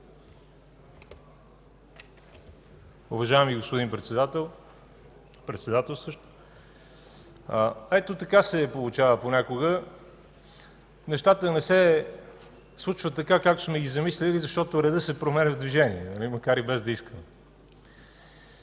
Уважаеми господин Председателстващ, ето така се получава понякога – нещата не се случват така, както сме ги замислили, защото редът се променя в движение, макар и без да искаме.